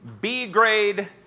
B-grade